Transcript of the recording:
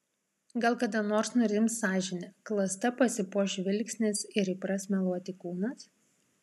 gal kada nors nurims sąžinė klasta pasipuoš žvilgsnis ir įpras meluoti kūnas